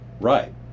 right